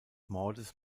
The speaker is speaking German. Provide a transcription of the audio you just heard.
mordes